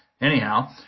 Anyhow